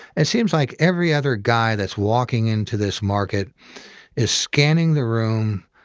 it seems like every other guy that's walking into this market is scanning the room,